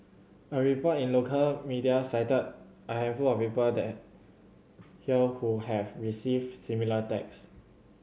a report in local media cited a handful of people there here who have received similar text